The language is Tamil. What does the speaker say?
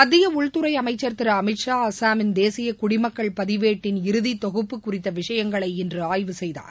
மத்திய உள்துறை அமைச்சர் திரு அமித்ஷா அஸ்ஸாமின் தேசிய குடிமக்கள் பதிவேட்டின் இறுதி தொகுப்பு குறித்த விஷயங்களை இன்று ஆய்வு செய்தார்